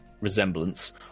resemblance